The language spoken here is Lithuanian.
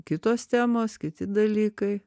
kitos temos kiti dalykai